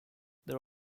there